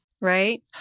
Right